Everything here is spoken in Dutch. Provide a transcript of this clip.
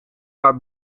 haar